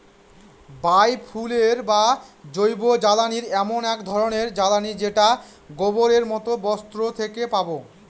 বায় fuel বা জৈবজ্বালানী এমন এক ধরনের জ্বালানী যেটা গোবরের মতো বস্তু থেকে পাবো